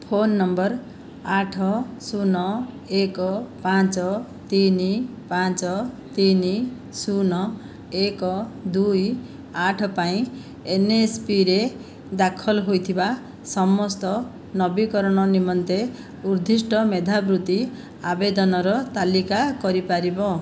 phone number ଆଠ ଶୂନ ଏକ ପାଞ୍ଚ ତିନି ପାଞ୍ଚ ତିନି ଶୂନ ଏକ ଦୁଇ ଆଠ ପାଇଁ ଏନ୍ଏସ୍ପିରେ ଦାଖଲ ହୋଇଥିବା ସମସ୍ତ ନବୀକରଣ ନିମନ୍ତେ ଉଦ୍ଦିଷ୍ଟ ମେଧାବୃତ୍ତି ଆବେଦନର ତାଲିକା କରିପାରିବ